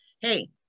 hey